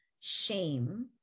shame